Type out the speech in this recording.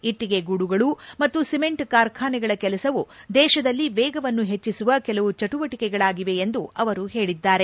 ಇಟ್ಲಿಗೆ ಗೂಡುಗಳು ಮತ್ತು ಸಿಮೆಂಟ್ ಕಾರ್ಖಾನೆಗಳ ಕೆಲಸವು ದೇಶದಲ್ಲಿ ವೇಗವನ್ನು ಪೆಟ್ಲಿಸುವ ಕೆಲವು ಜೆಬುವಟಿಕೆಗಳಾಗಿವೆ ಎಂದು ಅವರು ಹೇಳಿದ್ದಾರೆ